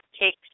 take